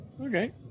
Okay